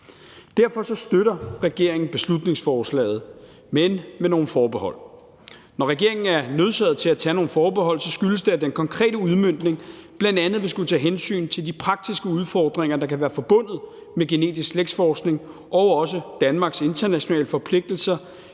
Derfor støtter regeringen beslutningsforslaget, men med nogle forbehold. Når regeringen er nødsaget til at tage nogle forbehold, skyldes det, at den konkrete udmøntning bl.a. vil skulle tage hensyn til de praktiske udfordringer, der kan være forbundet med genetisk slægtsforskning, og også Danmarks internationale forpligtelser,